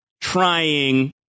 trying